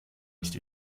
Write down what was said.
nicht